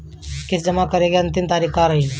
किस्त जमा करे के अंतिम तारीख का रही?